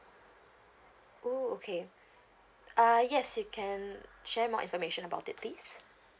oh okay uh yes you can share more information about it please